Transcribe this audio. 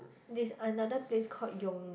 this another place called